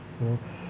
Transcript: uh